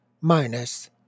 Minus